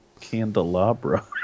candelabra